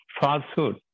falsehood